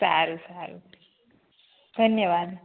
સારું સારું ધન્યવાદ